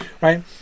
right